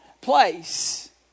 place